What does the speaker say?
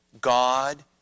God